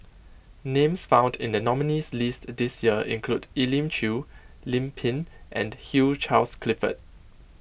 names found in the nominees' list this year include Elim Chew Lim Pin and Hugh Charles Clifford